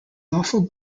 lawful